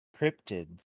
Cryptids